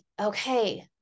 okay